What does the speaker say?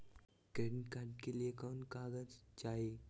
Credit card के लिए कौन कागज चाही?